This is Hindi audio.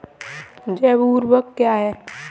जैव ऊर्वक क्या है?